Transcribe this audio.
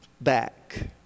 back